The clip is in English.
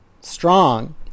strong